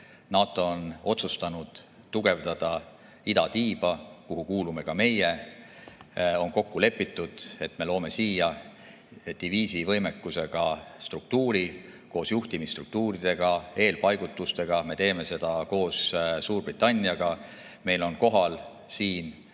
NATO on otsustanud tugevdada idatiiba, kuhu kuulume ka meie. On kokku lepitud, et me loome siia diviisivõimekusega struktuuri koos juhtimisstruktuuridega, eelpaigutustega. Me teeme seda koos Suurbritanniaga. Meil on kohal siin